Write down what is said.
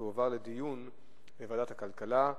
תועברנה לדיון בוועדת הכלכלה.